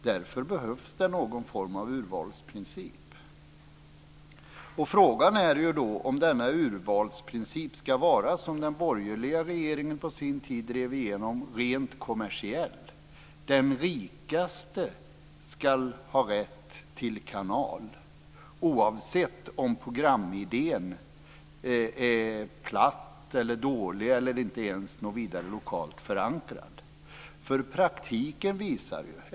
Därför behövs det någon form av urvalsprincip. Frågan är då om denna urvalsprincip ska vara som den borgerliga regeringen på sin tid drev igenom rent kommersiell. Den rikaste ska ha rätt till kanal, oavsett om programidén är platt eller dålig eller ens något vidare lokalt förankrad.